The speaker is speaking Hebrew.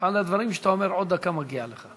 על הדברים שאתה אומר, עוד דקה מגיעה לך.